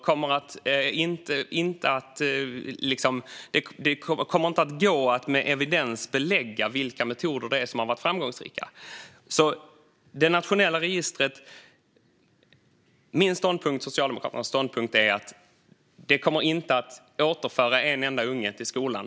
Detta kommer därför inte att med evidens belägga vilka metoder det är som har varit framgångsrika. Min och Socialdemokraternas ståndpunkt är att ett nationellt register inte kommer att återföra en enda unge till skolan.